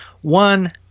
one –